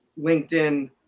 LinkedIn